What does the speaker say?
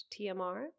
tmr